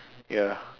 ya